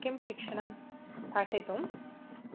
किं शिक्षणं पाठयितुं